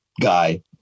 guy